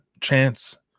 Chance